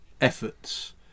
efforts